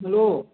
hello